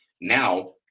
now